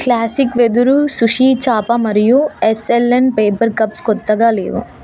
classic వెదురు sushi చాప మరియు ఎస్ఎల్ఎన్ పేపర్ కప్స్ కొత్తగా లేవు